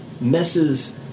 messes